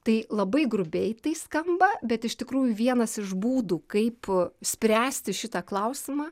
tai labai grubiai tai skamba bet iš tikrųjų vienas iš būdų kaip spręsti šitą klausimą